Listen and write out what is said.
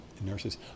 nurses